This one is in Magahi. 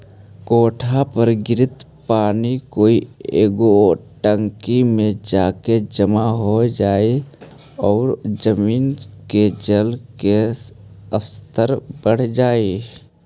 कोठा पर गिरित पानी कोई एगो टंकी में जाके जमा हो जाई आउ जमीन के जल के स्तर बढ़ जाई